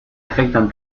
afectan